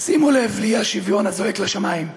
שימו לב לאי-שוויון הזועק לשמיים,